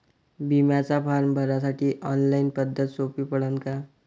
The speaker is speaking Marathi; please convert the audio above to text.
बिम्याचा फारम भरासाठी ऑनलाईन पद्धत सोपी पडन का?